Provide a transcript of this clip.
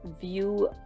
view